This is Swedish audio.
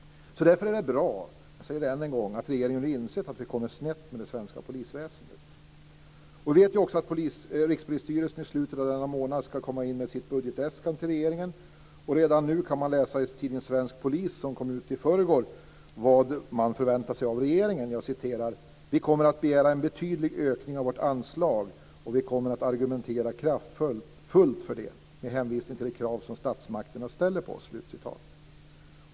Därför är det bra, jag säger det än en gång, att regeringen nu insett att vi har kommit snett med det svenska polisväsendet. Vi vet också att Rikspolisstyrelsen i slutet av denna månad ska komma in med sitt budgetäskande till regeringen. Redan nu kan man läsa i tidningen Svensk Polis, som kom ut i förrgår, vad man förväntar sig av regeringen: Vi kommer att begära en betydligt ökning av vårt anslag och vi kommer att argumentera kraftfullt för det med hänvisning till de krav som statsmakterna ställer på oss.